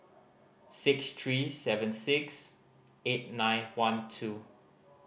six three seven six eight nine one two